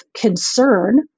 concern